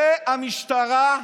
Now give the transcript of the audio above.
זה המשטרה,